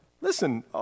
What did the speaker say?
Listen